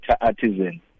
artisan